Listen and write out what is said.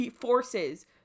forces